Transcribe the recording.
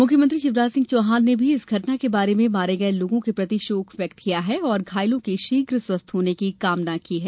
मुख्यमंत्री शिवराज सिंह चौहान ने भी इस घटना में मारे गये लोगों के प्रति शोक व्यक्त किया है और घायलों के शीघ्र स्वस्थ होने की कामना की है